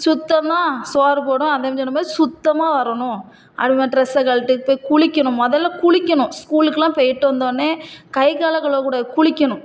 சுத்தம்தான் சோறு போடும் அந்தமாரி சொல்லும்போது சுத்தமாக வரணும் அதுமாரி ட்ரெஸ்ஸை கழட்டி போய் குளிக்கணும் மொதலில் குளிக்கணும் ஸ்கூலுக்கெல்லாம் போயிட்டு வந்தோடொன்னே கை காலை கழுவக்கூடாது குளிக்கணும்